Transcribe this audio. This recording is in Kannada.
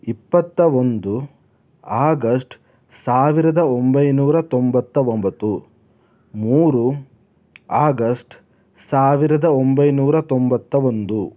ಇಪ್ಪತ್ತ ಒಂದು ಆಗಸ್ಟ್ ಸಾವಿರದ ಒಂಬೈನೂರ ತೊಂಬತ್ತ ಒಂಬತ್ತು ಮೂರು ಆಗಸ್ಟ್ ಸಾವಿರದ ಒಂಬೈನೂರ ತೊಂಬತ್ತ ಒಂದು